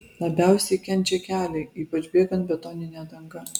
labiausiai kenčia keliai ypač bėgant betonine danga